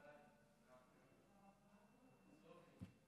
ההצעה להעביר את הצעת